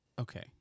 okay